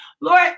Lord